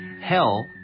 Hell